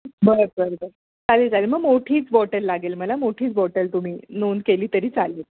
बरं बरं बरं चालेल चालेल मग मोठीच बॉटल लागेल मला मोठीच बॉटल तुम्ही नोंद केली तरी चालेल